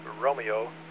Romeo